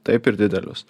taip ir didelius